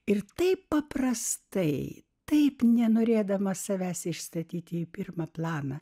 ir taip paprastai taip nenorėdamas savęs išstatyti į pirmą planą